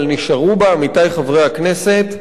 אבל נשארו בה, עמיתי חברי הכנסת,